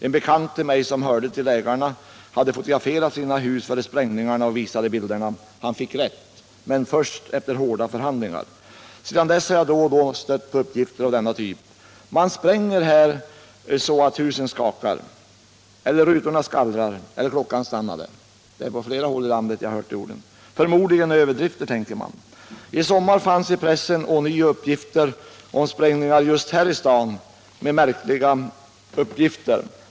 En bekant till mig som hörde till ägarna hade fotograferat sina hus före sprängningarna och visade bilderna. Han fick rätt, men först efter hårda förhandlingar. Sedan dess har jag då och då stött på uppgifter av denna typ. Här sprängs så att husen skakar, rutorna skallrar eller klockan stannar. Sådana ord har jag hört på många håll i landet. Man tänker att det förmodligen är överdrifter. I sommar fanns i pressen ånyo uppgifter om sprängningar här i staden. Det lämnades märkliga skildringar.